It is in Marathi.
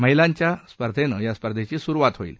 महिलांच्या स्पर्धेनं या स्पर्धेची सुरुवात होईल